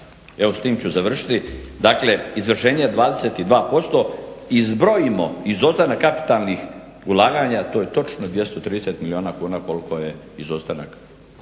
evo s tim ću završiti, dakle izvršenje 22% i zbrojimo izostanak kapitalnih ulaganja to je točno 230 milijuna kuna koliko je izostanak